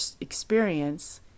experience